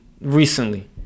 recently